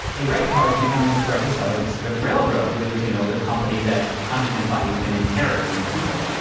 the red car is becoming a threat to southern pacific railroad, which was you know the company that huntington's and thought he was going to inherit from his uncle.